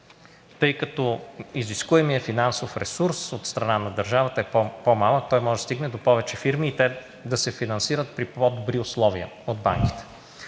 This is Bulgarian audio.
фирми. Изискуемият финансов ресурс от страна на държавата е по-малък и той може да стигне до повече фирми и те да се финансират при по-добри условия от банките.